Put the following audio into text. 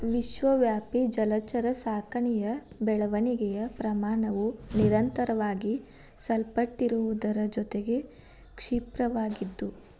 ವಿಶ್ವವ್ಯಾಪಿ ಜಲಚರ ಸಾಕಣೆಯ ಬೆಳವಣಿಗೆಯ ಪ್ರಮಾಣವು ನಿರಂತರವಾಗಿ ಸಲ್ಪಟ್ಟಿರುವುದರ ಜೊತೆಗೆ ಕ್ಷಿಪ್ರವಾಗಿದ್ದು